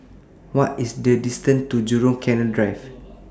What IS The distance to Jurong Canal Drive